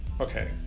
Okay